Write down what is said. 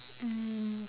mm